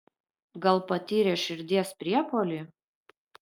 gal patyrė širdies priepuolį